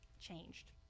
changed